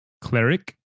Cleric